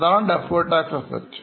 അതാണ് deferred tax asset